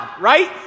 right